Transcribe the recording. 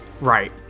right